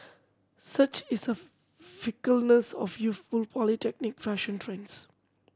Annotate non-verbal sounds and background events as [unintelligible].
such is a [unintelligible] fickleness of youthful polytechnic fashion trends